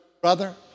brother